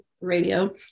radio